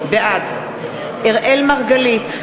בעד אראל מרגלית,